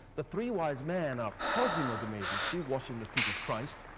the three wise men are cosimo de' medici, washing the feet of christ,